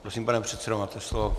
Prosím, pane předsedo, máte slovo.